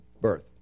birth